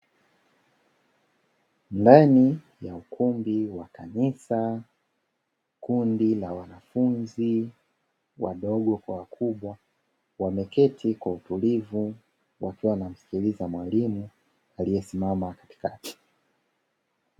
Ndani ya ukumbi wa kanisa kundi la wanafunzi wadogo kwa wakubwa wameketi kwa utulivu wakiwa wanamsikiliza mwalimu aliyesimama katika.